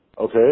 Okay